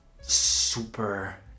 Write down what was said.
super